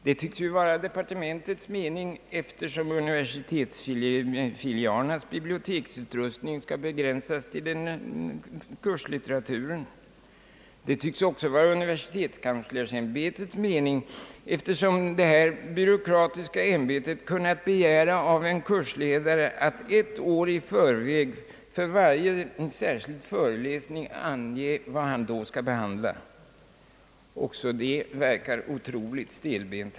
Detta tycks också vara departementets mening, eftersom universitetsfilialernas biblioteksutrustning skall begränsas till kurslitteraturen. Det tycks också vara universitetskanslersämbetets mening, eftersom detta byråkratiska ämbetsverk kunnat begära av en kursledare att han ett år i förväg skall för varje föreläsning ange vad han där skall komma att behandla. Också en sådan ordning blir synnerligen stelbent.